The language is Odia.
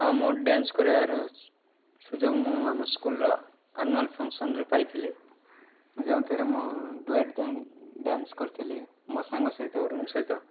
ହଁ ମୁଁ ଡ୍ୟାନ୍ସ କରିବାର ସୁଯୋଗ ମୁଁ ଆମ ସ୍କୁଲ୍ର ଆନୁଆଲ୍ ଫଙ୍କସନ୍ରେ ପାଇଥିଲି ଯେଉଁଥିରେ ମୁଁ ଡୁଏଟ୍ ଡା ଡ୍ୟାନ୍ସ କରିଥିଲି ମୋ ସାଙ୍ଗ ସହିତ ମୋ ରୁମ୍ ସହିତ